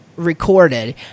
recorded